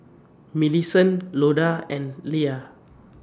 Millicent Loda and Leia